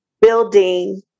building